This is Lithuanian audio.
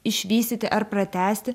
išvystyti ar pratęsti